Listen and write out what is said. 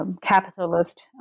Capitalist